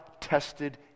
tested